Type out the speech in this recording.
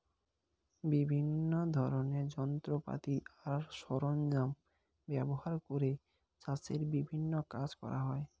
বিভিন্ন ধরনের যন্ত্রপাতি আর সরঞ্জাম ব্যবহার করে চাষের বিভিন্ন কাজ করা হয়